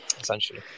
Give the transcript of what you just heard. essentially